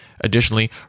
Additionally